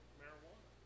marijuana